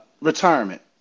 Retirement